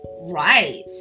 Right